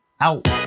out